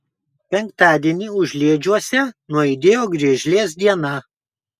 penktadienį užliedžiuose nuaidėjo griežlės diena